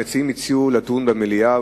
המציעים הציעו לדון בנושא במליאה,